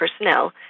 personnel